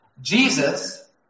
Jesus